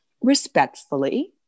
respectfully